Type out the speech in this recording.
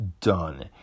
done